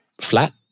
flat